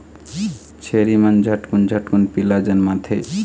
छेरी मन झटकुन झटकुन पीला जनमाथे